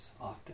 often